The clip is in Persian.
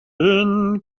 این